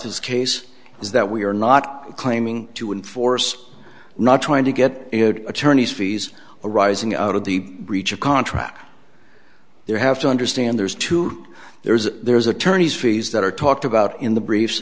this case is that we are not claiming to enforce not trying to get attorney's fees arising out of the breach of contract you have to understand there's two there's there's attorneys fees that are talked about in the br